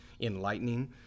enlightening